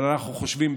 אנחנו חושבים,